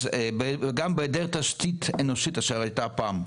גם בהיעדר תשתית אנושית אשר הייתה פעם,